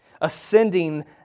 ascending